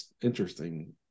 interesting